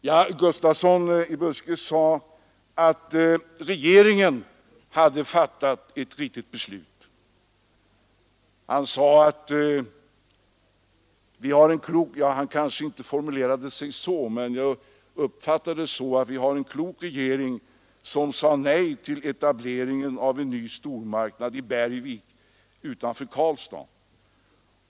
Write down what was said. Herr Gustafsson i Byske ansåg att regeringen hade fattat ett riktigt beslut. Han tyckte — även om han kanske inte formulerade sig så — att vi har en klok regering som sade nej till etablering av en ny stormarknad i Bergvik utanför Karlstad.